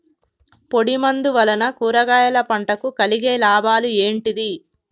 పొడిమందు వలన కూరగాయల పంటకు కలిగే లాభాలు ఏంటిది?